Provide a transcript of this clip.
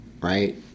right